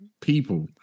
people